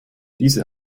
diese